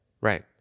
right